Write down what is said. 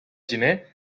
gener